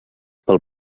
pel